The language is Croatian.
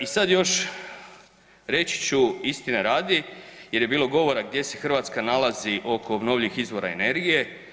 I sad još reći ću istine radi jer je bilo govora gdje se Hrvatska nalazi oko obnovljivih izvora energije.